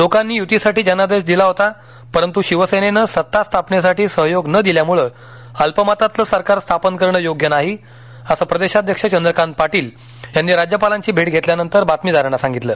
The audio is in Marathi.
लोकांनी युतीसाठी जनादेश दिला होता परंतु शिवसेनेनं सत्ता स्थापनेसाठी सहयोग न दिल्यामुळं अल्पमतातलं सरकार स्थापन करणं योग्य नाही असं प्रदेशाध्यक्ष चंद्रकांत पाटील यांनी राज्यपालांची भेट घेतल्यानंतर बातमीदारांना सांगितलं